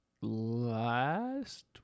last